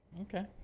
Okay